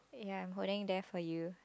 ya I'm holding it there for you